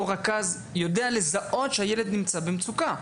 אותו רכז יודע לזהות שהילד נמצא במצוקה?